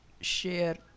share